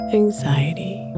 anxiety